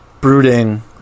brooding